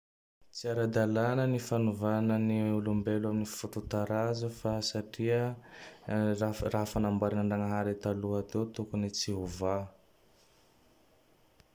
Tsy ara-dalàna ny fanovana ny olombelo amin'ny foto-taraza fa satria raha raha fa namboarin-Dragnahary taloha teo tokony tsy hovà.